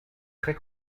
très